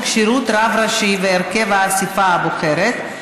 כשירות רב ראשי והרכב האספה הבוחרת),